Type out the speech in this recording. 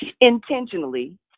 intentionally